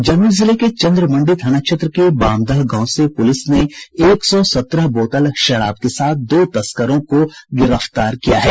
जमूई जिले के चंद्रमंडी थाना क्षेत्र के बामदह गांव से पूलिस ने एक सौ सत्रह बोतल शराब के साथ दो तस्करों को गिरफ्तार किया है